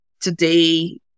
today